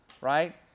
Right